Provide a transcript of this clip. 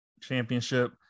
Championship